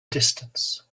distance